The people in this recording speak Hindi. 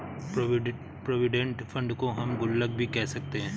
प्रोविडेंट फंड को हम गुल्लक भी कह सकते हैं